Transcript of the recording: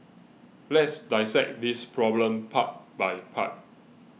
let's dissect this problem part by part